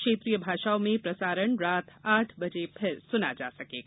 क्षेत्रीय भाषाओं में प्रसारण रात आठ बजे फिर सुना जा सकेगा